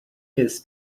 his